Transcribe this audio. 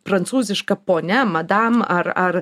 prancūziška ponia madam ar ar